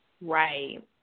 Right